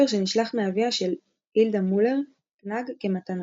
שנשלח מאביה של הילדה מולר קנאג כמתנה.